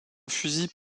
fusil